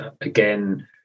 again